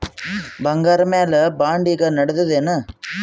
ಬಂಗಾರ ಮ್ಯಾಲ ಬಾಂಡ್ ಈಗ ನಡದದೇನು?